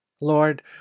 Lord